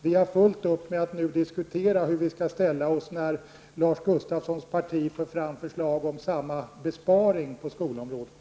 Vi har fullt upp med att diskutera hur vi skall ställa oss när Lars Gustafssons parti för fram förslag om besparing med samma summa på skolområdet.